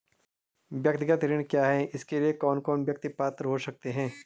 व्यक्तिगत ऋण क्या है इसके लिए कौन कौन व्यक्ति पात्र हो सकते हैं?